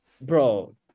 Bro